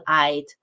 aid